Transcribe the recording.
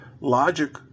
logic